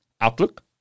Outlook